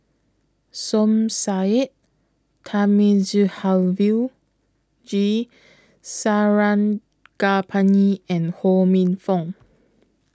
Som Said Thamizhavel G Sarangapani and Ho Minfong